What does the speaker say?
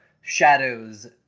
shadows